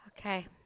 Okay